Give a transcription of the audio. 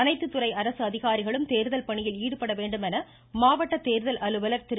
அனைத்து துறை அரசு அதிகாரிகளும் தேர்தல் பணியில் ஈடுபட வேண்டும் என மாவட்ட தேர்தல் அலுவலர் திரு